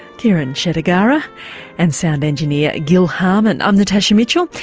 kiran shettigara and sound engineer gil harman. i'm natasha mitchell,